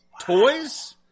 toys